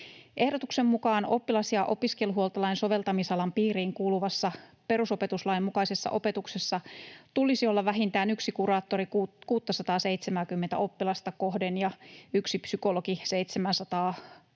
Ehdotuksen mukaan oppilas‑ ja opiskeluhuoltolain soveltamisalan piiriin kuuluvassa perusopetuslain mukaisessa opetuksessa tulisi olla vähintään yksi kuraattori 670:tä oppilasta kohden ja yksi psykologi 780:tä oppilasta